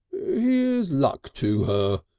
here's luck to her!